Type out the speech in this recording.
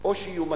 או שיהיו משת"פים.